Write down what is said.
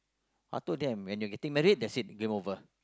I thought they are married I think married that's it game over